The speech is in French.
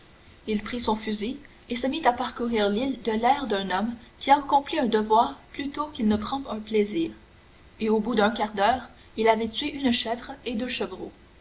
il prit son fusil et se mit à parcourir l'île de l'air d'un homme qui accomplit un devoir plutôt qu'il ne prend un plaisir et au bout d'un quart d'heure il avait tué une chèvre et deux chevreaux